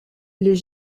les